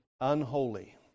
unholy